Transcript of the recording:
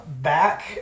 back